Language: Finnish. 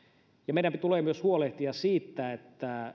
meidän tulee myös huolehtia siitä että